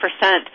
percent